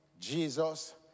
Jesus